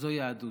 זו יהדות.